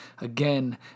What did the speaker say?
again